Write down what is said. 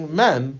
men